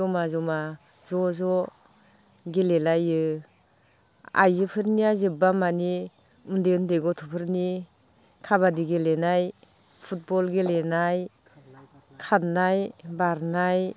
जमा जमा ज' ज' गेलेलायो आइजोफोरनिया जोबब्ला मानि उन्दै उन्दै गथ'फोरनि खाबादि गेलेनाय फुटबल गेलेनाय खारनाय बारनाय